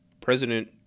President